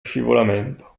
scivolamento